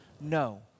No